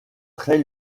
très